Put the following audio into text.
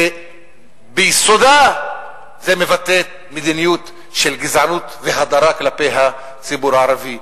שביסוד זה מבטא מדיניות של גזענות והדרה כלפי הציבור הערבי.